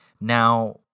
Now